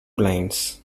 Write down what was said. lines